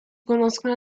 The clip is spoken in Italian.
conoscono